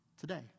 today